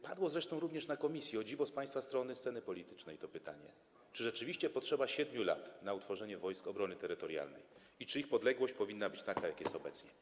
Padło zresztą również na posiedzeniu komisji, o dziwo, z państwa strony sceny politycznej, to pytanie, czy rzeczywiście potrzeba 7 lat na utworzenie Wojsk Obrony Terytorialnej i czy ich podległość powinna być taka, jaka jest obecnie.